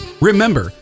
Remember